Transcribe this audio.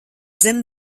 zem